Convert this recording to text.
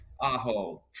Aho